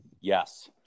yes